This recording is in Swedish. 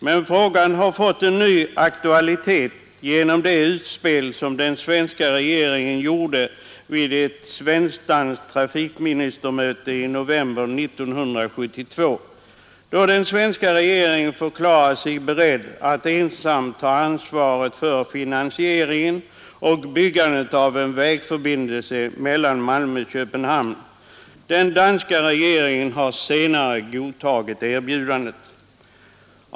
Men frågan har fått ny aktualitet genom det utspel den svenska regeringen gjorde vid ett svenskt-danskt trafikministermöte i november 1972, då den svenska regeringen förklarade sig beredd att ensam ta ansvaret för finansieringen och byggandet av en vägförbindelse mellan Malmö och Köpenhamn. Den danska regeringen har senare godtagit erbjudandet.